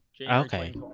okay